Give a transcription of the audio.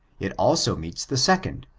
it also meets the second,